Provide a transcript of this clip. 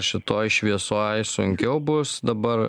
šitoj šviesoj sunkiau bus dabar